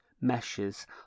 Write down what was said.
meshes